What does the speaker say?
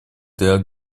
для